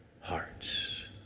hearts